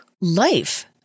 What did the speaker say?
life